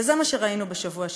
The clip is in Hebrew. וזה מה שראינו בשבוע שעבר.